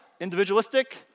individualistic